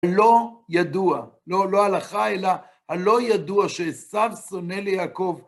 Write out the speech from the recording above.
לא ידוע, לא הלכה, אלא הלא ידוע שעשו שונא ליעקב.